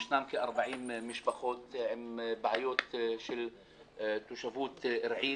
יש כ-40 משפחות עם בעיות של תושבוּת ארעית,